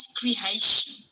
creation